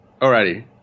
alrighty